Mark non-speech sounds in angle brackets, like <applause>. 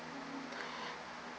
<breath>